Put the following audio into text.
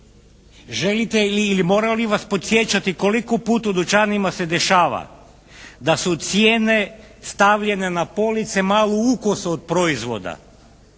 Želite li ili moram vas podsjećati koliko puta u dućanima se dešava da su cijene stavljene na police malo ukoso od proizvoda.